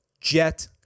jet